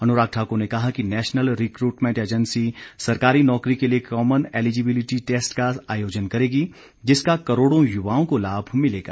अनुराग ठाकुर ने कहा कि नैशनल रिक्ट्मेंट एजेंसी सरकारी नौकरी के लिए कॉमन एलिजिबिलिटी टैस्ट का आयोजन करेगी जिसका करोड़ों यूवाओं का लाभ मिलेगा